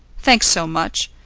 thanks so much.